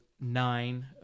nine